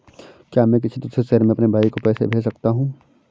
क्या मैं किसी दूसरे शहर में अपने भाई को पैसे भेज सकता हूँ?